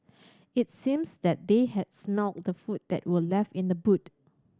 it seems that they had smelt the food that were left in the boot